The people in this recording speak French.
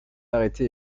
arrêté